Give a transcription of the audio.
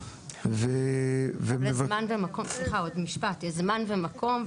-- יש זמן ומקום,